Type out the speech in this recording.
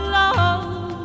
love